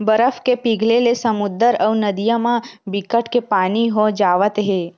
बरफ के पिघले ले समुद्दर अउ नदिया म बिकट के पानी हो जावत हे